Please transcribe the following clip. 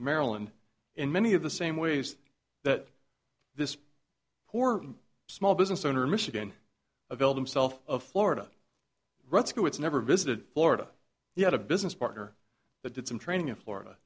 maryland in many of the same ways that this poor small business owner in michigan availed himself of florida rights go it's never visited florida he had a business partner that did some training in florida